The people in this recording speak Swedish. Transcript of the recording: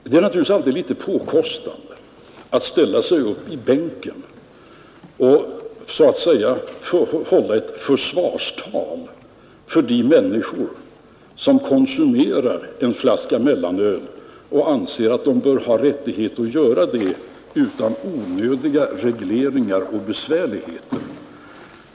Det är naturligtvis alltid litet påkostande att ställa sig upp i bänken och så att säga hålla ett försvarstal för de människor som konsumerar en flaska mellanöl och anser att de bör ha rättighet att göra det utan onödiga regleringar och besvärligheter.